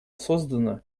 создана